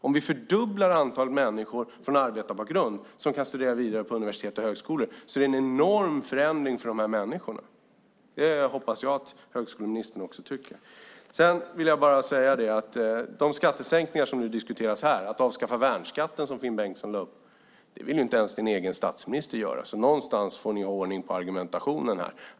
Om vi fördubblar antalet människor med arbetarbakgrund som kan gå vidare och studera vid universitet och högskola innebär det en enorm förändring för de här människorna. Jag hoppas att också högskoleministern tycker det. Sedan vill jag bara nämna de skattesänkningar som har diskuterats, till exempel att avskaffa värnskatten, vilket Finn Bengtsson lade upp. Det vill inte ens din egen statsminister göra. Någonstans får ni alltså ha ordning på argumentationen.